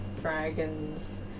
dragons